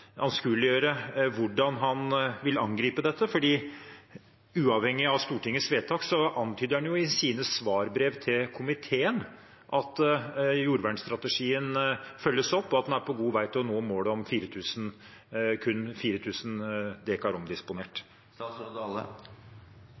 hvordan han vil angripe dette? For uavhengig av Stortingets vedtak antyder han jo i sine svarbrev til komiteen at jordvernstrategien følges opp, og at en er på god vei til å nå målet om kun 4 000 dekar omdisponert.